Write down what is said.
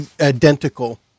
identical